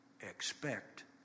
expect